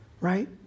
right